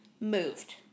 moved